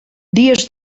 dies